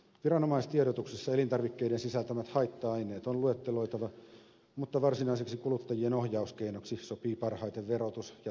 viranomaistiedotuksessa elintarvikkeiden sisältämät haitta aineet on luetteloitava mutta varsinaiseksi kuluttajien ohjauskeinoksi sopii parhaiten verotus ja tuotteiden hinta